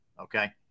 Okay